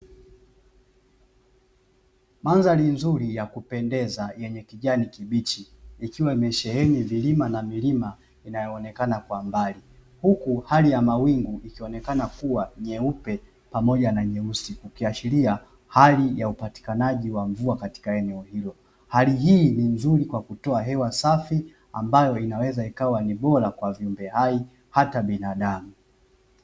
Madhri nzuri ya kupendeza yenye kijani kibichi ikiwa imesheheni vilima na milima inayoonekana kwa mbali huku hali ya mawingu ikionekana kuwa nyeupe pamoja na nyeusi, kukiashiria hali ya upatikananji ya mvua katika eneo hilo, hali hii nzuri kwa kutoa hewa safi ambayo inaweza ikawa bora kwa viumbe hai hata binadamu.